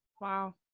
Wow